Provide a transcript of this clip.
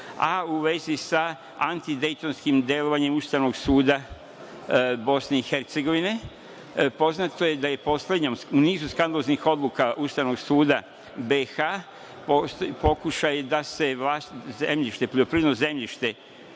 a u vezi sa antidejtonskim delovanjem Ustavnog suda Bosne i Hercegovine. Poznato je da je poslednja u nizu skandaloznih odluka Ustavnog suda BiH pokušaj da se poljoprivredno zemljište